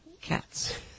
cats